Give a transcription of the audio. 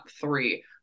three